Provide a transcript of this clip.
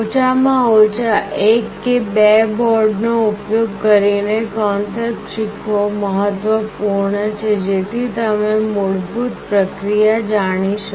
ઓછામાં ઓછા એક કે બે બોર્ડનો ઉપયોગ કરીને કૉન્સેપ્ટ શીખવો મહત્વપૂર્ણ છે જેથી તમે મૂળભૂત પ્રક્રિયા જાણી શકો